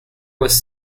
was